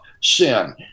sin